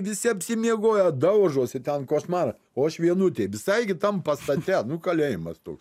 visi apsimiegoję daužosi ten košmara o aš vienutėj visai kitam pastate nu kalėjimas toks